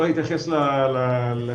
לא אתייחס לשאלה,